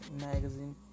magazine